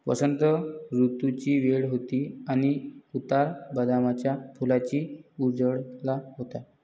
वसंत ऋतूची वेळ होती आणि उतार बदामाच्या फुलांनी उजळला होता